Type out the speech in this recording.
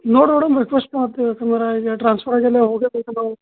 ನೋಡಿ madam request ಮಾಡ್ತೀವಿ ಯಾಕಂದ್ರೆ ಈಗ ಟ್ರಾನ್ಸ್ಫರ್ ಆಗಿ ಎಲ್ಲೇ ಹೋಗಲೇ ಬೇಕಲ್ಲಾ